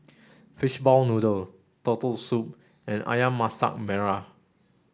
fishball noodle turtle soup and Ayam Masak Merah